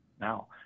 now